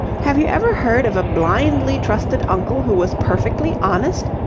have you ever heard of a blindly trusted uncle who was perfectly honest?